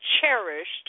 cherished